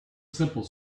simple